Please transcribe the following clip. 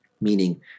meaning